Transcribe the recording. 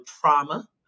trauma